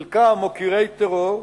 חלקה מוקירי טרור.